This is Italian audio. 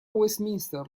westminster